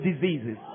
diseases